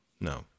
No